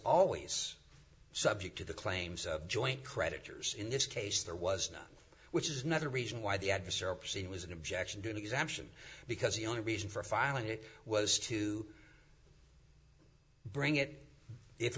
always subject to the claims of joint creditors in this case there was not which is another reason why the adversarial proceeding was an objection to an exemption because the only reason for filing it was to bring it if